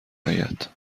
آید